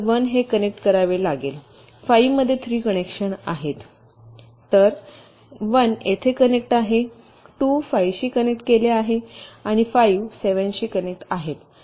तर 1 हे कनेक्ट करावे लागेल 5 मध्ये 3 कनेक्शन आहेत तर 1 येथे कनेक्ट आहे 2 5 शी कनेक्ट केले आहे आणि 5 7 शी कनेक्ट आहेत